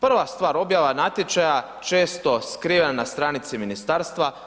Prva stvar, objava natječaja često skrivena na stranici ministarstva.